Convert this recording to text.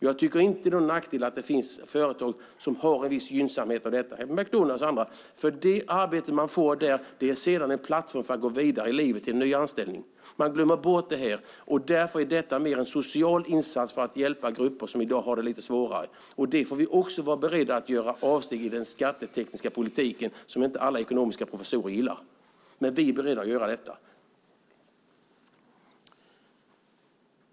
Jag tycker inte att det är någon nackdel att det finns företag som gynnas av detta - McDonalds och andra - för det arbete man får där är sedan en plattform för att gå vidare i livet till en ny anställning. Man glömmer bort detta, och därför är detta mer en social insats för att hjälpa grupper som i dag har det lite svårare. Det får vi också vara beredda att göra avsteg för i den skattetekniska politiken som inte alla ekonomiprofessorer gillar. Vi är beredda att göra det.